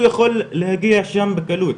הוא יכול לשם בקלות,